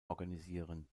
organisieren